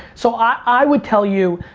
so i would tell you,